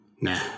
Nah